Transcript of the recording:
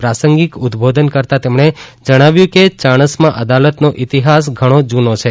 પ્રાસંગીક ઉદ્વોધન કરતાં તેમણે જણાવ્યું કે ચાણસ્મા અદાલતનો ઈતિહાસ ઘણો જૂનો છે